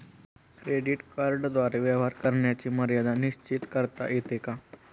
Credit कार्डद्वारे व्यवहार करण्याची मर्यादा निश्चित करता येते का?